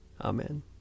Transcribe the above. Amen